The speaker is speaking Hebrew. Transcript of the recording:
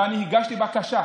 ואני הגשתי בקשה.